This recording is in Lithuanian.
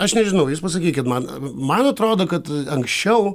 aš nežinau jūs pasakykit man man atrodo kad anksčiau